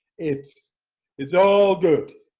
it's it's all good.